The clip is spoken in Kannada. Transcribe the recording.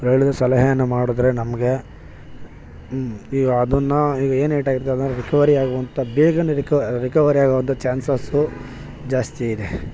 ಹೇಳಿದ ಸಲಹೆಯನ್ನು ಮಾಡಿದ್ರೆ ನಮಗೆ ಈಗ ಅದನ್ನು ಈಗ ಏನು ಏಟಾಯಿತು ಇವಾಗ ರಿಕವರಿ ಆಗುವಂಥ ಬೇಗನೇ ರಿಕ್ ರಿಕವರಿ ಆಗುವಂಥ ಚಾನ್ಸಸ್ಸು ಜಾಸ್ತಿ ಇದೆ